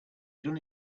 done